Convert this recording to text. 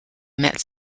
met